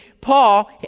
Paul